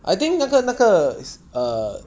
I think 那个那个 is err